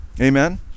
Amen